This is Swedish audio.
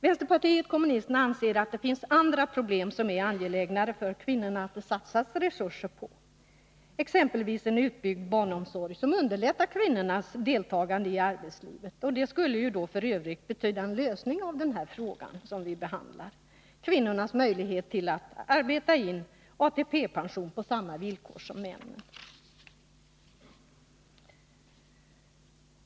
Vänsterpartiet kommunisterna anser att det finns andra problem som det är angelägnare för kvinnorna att det satsas resurser på, exempelvis en utbyggd barnomsorg, som underlättar kvinnornas deltagande i arbetslivet. Det skulle f. ö. betyda en lösning av den fråga som vi nu behandlar, dvs. kvinnornas möjlighet att arbeta in ATP-pension på samma villkor som männen.